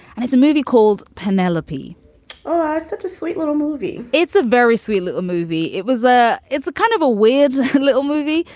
and it's a movie called penelope oh, such a sweet little movie it's a very sweet little movie. it was a it's a kind of a weird little movie.